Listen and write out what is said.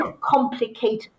complicated